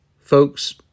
Folks